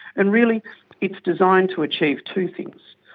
and really it's designed to achieve two things.